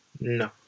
No